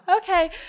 Okay